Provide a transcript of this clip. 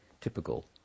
typical